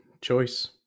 choice